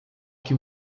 que